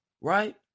Right